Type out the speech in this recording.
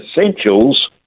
essentials